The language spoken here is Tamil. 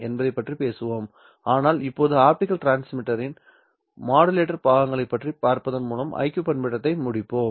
என்பதைப் பற்றி பேசுவோம் ஆனால் இப்போது ஆப்டிகல் டிரான்ஸ்மிட்டரின் மாடுலேட்டர் பாகங்களைப் பற்றி பார்ப்பதன் மூலம் IQ பண்பேற்றத்தை முடிப்போம்